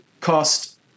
cost